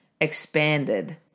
expanded